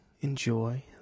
enjoy